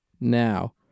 Now